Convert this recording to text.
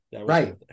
Right